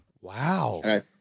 Wow